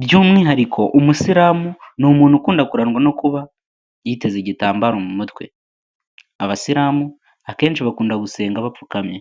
By'umwihariko umusiramu ni umuntu ukunda kurangwa no kuba yiteze igitambaro mu mutwe, abasiramu akenshi bakunda gusenga bapfukamye.